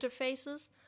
interfaces